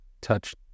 touch